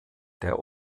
der